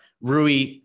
Rui